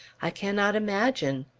i cannot imagine.